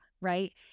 Right